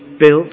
built